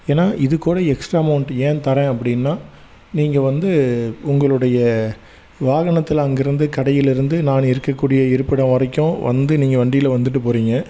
ஏன்னால் இதுக்கூட extra amount ஏன் தரேன் அப்படின்னா நீங்கள் வந்து உங்களுடைய வாகனத்தில் அங்கேருந்து கடையிலிருந்து நான் இருக்கக்கூடிய இருப்பிடம் வரைக்கும் வந்து நீங்கள் வண்டியில் வந்துவிட்டு போகிறீங்க